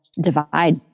divide